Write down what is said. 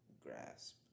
grasp